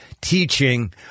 teaching